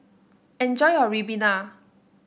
enjoy your Ribena